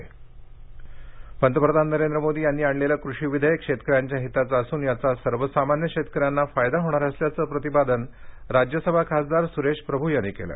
सिंधुदर्ग पंतप्रधान नरेंद्र मोदी यांनी आणलेलं कृषी विधेयक शेतकऱ्यांच्या हिताचं असून याचा सर्वसामान्य शेतकऱ्यांना फायदा होणार असल्याचं प्रतिपादन राज्यसभा खासदार सुरेश प्रभू यांनी केलं